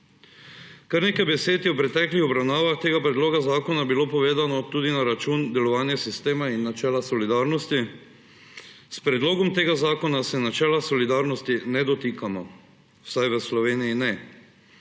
Kar nekaj besed je bilo v preteklih obravnavah tega predloga zakona povedanih tudi na račun delovanja sistema in načela solidarnosti. S predlogom tega zakona se načela solidarnosti ne dotikamo, vsaj v Sloveniji ne.